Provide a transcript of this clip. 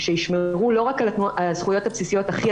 שישמרו לא רק על הזכויות הבסיסיות הכי